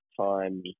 time